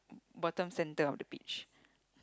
bottom centre of the beach